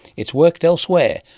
it's worked elsewhere.